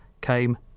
came